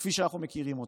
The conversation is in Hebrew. כפי שאנחנו מכירים אותה,